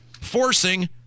forcing